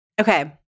Okay